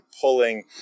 pulling